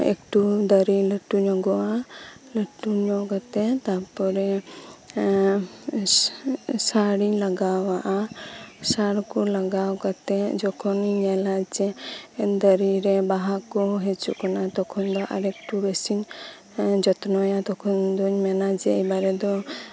ᱮᱠᱴᱩ ᱫᱟᱨᱮ ᱞᱟᱹᱴᱩ ᱧᱚᱜᱚᱜᱼᱟ ᱞᱟᱹᱴᱩ ᱧᱚᱜ ᱠᱟᱛᱮᱫ ᱛᱟᱨᱯᱚᱨᱮ ᱮᱫ ᱥᱟᱨ ᱤᱧ ᱞᱟᱜᱟᱣᱟᱜᱼᱟ ᱥᱟᱨ ᱠᱚ ᱞᱟᱜᱟᱣ ᱠᱟᱛᱮᱫ ᱡᱮᱠᱷᱚᱱᱤᱧ ᱧᱮᱞᱟ ᱡᱮ ᱫᱟᱨᱮ ᱨᱮ ᱵᱟᱦᱟ ᱠᱚ ᱦᱤᱡᱩᱜ ᱠᱟᱱᱟ ᱛᱚᱠᱷᱚᱱ ᱫᱚ ᱟᱨ ᱮᱠᱴᱩ ᱵᱮᱥᱤᱧ ᱡᱚᱛᱱᱚᱭᱟ ᱛᱚᱠᱷᱚᱱ ᱤᱧ ᱢᱮᱱᱟ ᱮᱵᱟᱨ ᱫᱟᱨᱮ ᱫᱚ